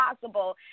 possible